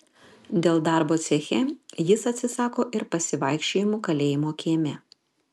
dėl darbo ceche jis atsisako ir pasivaikščiojimų kalėjimo kieme